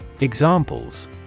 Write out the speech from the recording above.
Examples